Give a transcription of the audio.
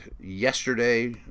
yesterday